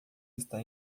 está